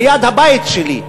ליד הבית שלי,